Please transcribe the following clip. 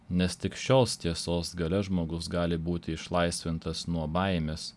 nes tik šios tiesos galia žmogus gali būti išlaisvintas nuo baimės